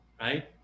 right